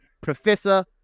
Professor